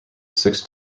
six